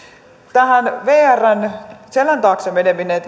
tähän vrn selän taakse menemiseen